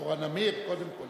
אורה נמיר, קודם כול.